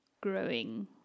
growing